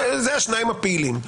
אלה השניים הפעילים.